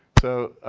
so